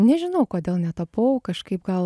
nežinau kodėl netapau kažkaip gal